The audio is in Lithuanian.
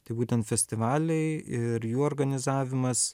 tai būtent festivaliai ir jų organizavimas